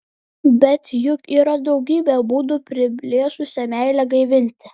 bet juk yra daugybė būdų priblėsusią meilę gaivinti